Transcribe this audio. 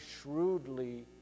shrewdly